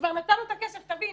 שכבר נתנו את הכסף תבין,